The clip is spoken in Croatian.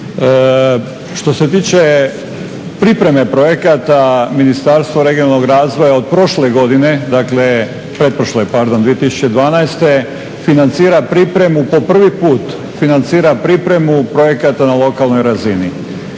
Što se tiče pripreme projekata Ministarstvo regionalnog razvoja od prošle godine, dakle pretprošle pardon 2012., financira pripremu po prvi put projekata na lokalnoj razini.